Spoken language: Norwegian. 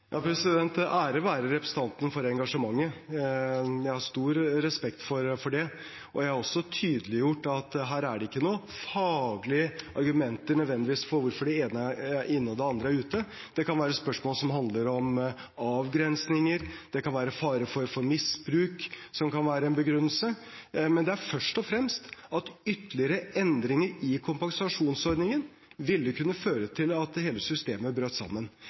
Ære være representanten for det engasjementet. Jeg har stor respekt for det. Og jeg har også tydeliggjort at her er det ikke nødvendigvis noen faglige argumenter for hvorfor det ene er inne og det andre er ute. Det kan være spørsmål som handler om avgrensninger, og fare for misbruk kan være en begrunnelse, men det er først og fremst at ytterligere endringer i kompensasjonsordningen ville kunne føre til at hele systemet brøt sammen.